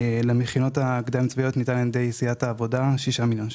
ולמכינות הקדם צבאיות ניתן על ידי סיעת העבודה 6 מיליון שקל.